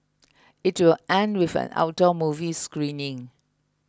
it will end with an outdoor movie screening